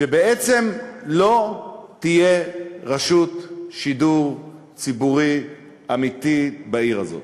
שבעצם לא תהיה רשות שידור ציבורי אמיתית בעיר הזאת.